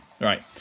Right